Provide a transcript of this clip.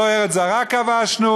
לא ארץ זרה כבשנו,